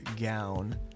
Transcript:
gown